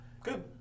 good